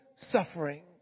suffering